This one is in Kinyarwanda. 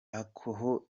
aho